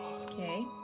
Okay